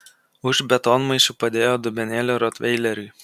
už betonmaišių padėjo dubenėlį rotveileriui